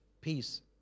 peace